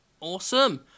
Awesome